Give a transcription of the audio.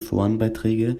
forenbeiträge